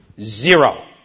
Zero